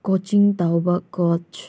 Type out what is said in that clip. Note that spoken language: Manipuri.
ꯀꯣꯆꯤꯡ ꯇꯧꯕ ꯀꯣꯆ